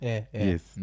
Yes